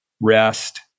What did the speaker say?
rest